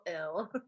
ill